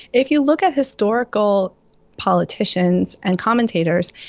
if you look at historical politicians and commentators,